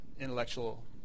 intellectual